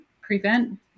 prevent